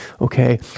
Okay